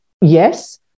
yes